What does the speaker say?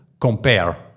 compare